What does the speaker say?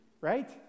right